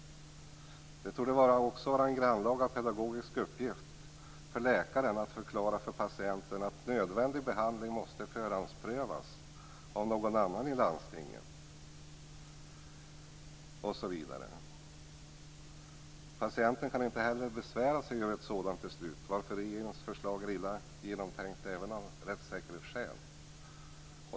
Det torde också vara en grannlaga pedagogisk uppgift för läkaren att förklarar för patienten att nödvändig behandling måste förhandsprövas av någon annan inom landstinget. Patienten kan inte heller besvära sig över ett sådant beslut varför regeringens förslag är illa genomtänkt även av rättssäkerhetsskäl.